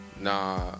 Nah